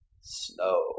snow